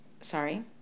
sorry